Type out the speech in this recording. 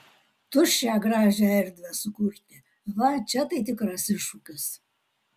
tuščią gražią erdvę sukurti va čia tai tikras iššūkis